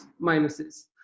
minuses